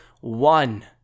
one